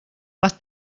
más